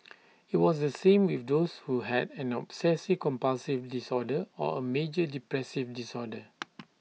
IT was the same with those who had an obsessive compulsive disorder or A major depressive disorder